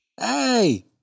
hey